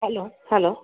hello hello